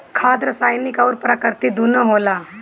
खाद रासायनिक अउर प्राकृतिक दूनो होला